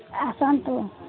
ଆସନ୍ତୁ